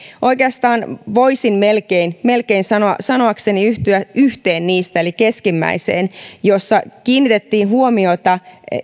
oikeastaan voisin melkein melkein sanoakseni yhtyä yhteen niistä eli keskimmäiseen jossa kiinnitettiin huomiota